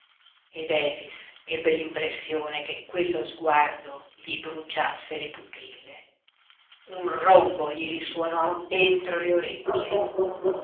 ed efix ebbe l'impressione che quello sguardo gli bruciasse le pupille un rombo gli risuonò entro le orecchie